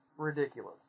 ridiculous